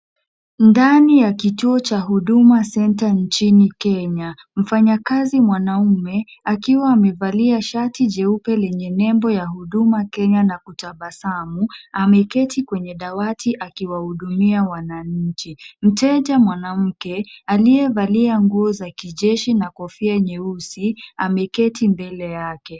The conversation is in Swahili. Ndani ya kituo cha Huduma Centre nchini Kenya. Mfanyakazi mwanaume akiwa amevalia shati jeupe lenye nembo ya Huduma Kenya na kutabasamu, ameketi kwenye dawati akiwahudumia wananchi. Mteja mwanamke aliyevalia nguo za kijeshi na kofia nyeusi ameketi mbele yake.